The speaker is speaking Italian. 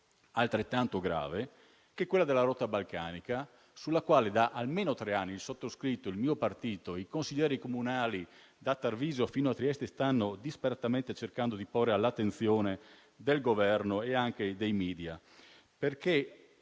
altrettanto grave, quella della rotta balcanica, che da almeno tre anni il sottoscritto, il mio partito e i consiglieri comunali da Tarvisio fino a Trieste stanno disperatamente cercando di porre all'attenzione del Governo e anche dei *media*.